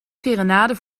serenade